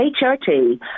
HRT